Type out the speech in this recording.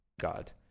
God